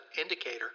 indicator